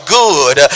good